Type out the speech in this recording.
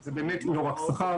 זה באמת לא רק שכר,